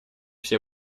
все